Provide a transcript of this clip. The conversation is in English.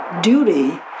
duty